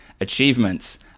achievements